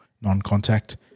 non-contact